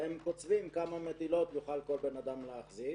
והם קוצבים כמה מטילות יוכל בן אדם להחזיק,